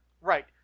right